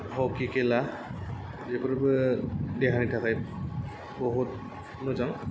hockey खेला बेफोरबो देहानि थाखाय बहुद मोजां